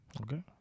Okay